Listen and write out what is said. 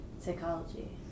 psychology